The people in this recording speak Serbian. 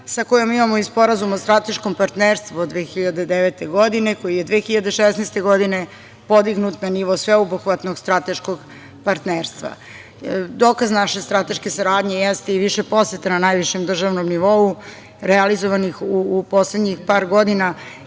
sa kojom imamo i Sporazum o strateškom partnerstvu od 2009. godine, koji je 2016. godine podignut na nivo sveobuhvatnog strateškog partnerstva. Dokaz naše strateške saradnje jeste i više poseta na najvišem državnom nivou realizovanih u poslednjih par